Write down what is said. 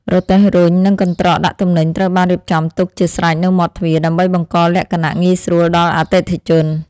រទេះរុញនិងកន្ត្រកដាក់ទំនិញត្រូវបានរៀបចំទុកជាស្រេចនៅមាត់ទ្វារដើម្បីបង្កលក្ខណៈងាយស្រួលដល់អតិថិជន។